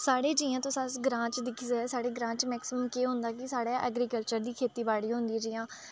साढ़े जियां तुस अस ग्रांऽ च दिक्खी सकदे ओ साढ़े ग्रांऽ च मैक्सिम केह् होंदा कि साढ़े ऐग्रीकल्चर दी खेतीबाड़ी होंदी जियां